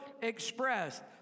expressed